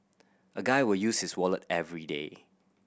a guy will use his wallet everyday